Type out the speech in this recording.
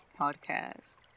Podcast